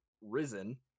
risen